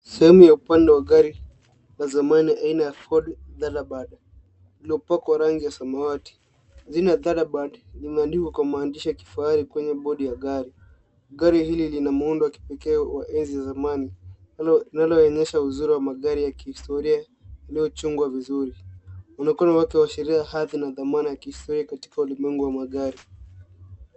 Sehemu ya upande wa gari ya zamani aina ya Ford Thunderbird liliopakwa rangi ya samawati. Jina thunderbird limeandikwa kwa maandishi ya kifahari kwenye bodi ya gari. Gari hili lina muundo wa kipekee wa enzi za zamani linaloonyesha uzuri wa magari ya kihostoria iliyochungwa vizuri. Muonekano wake huashiria hadhi na thamani ya kihistoria katika ulimwengu wa magari.